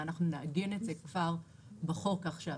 שאנחנו נעגן את זה כבר בחוק עכשיו.